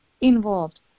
involved